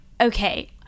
okay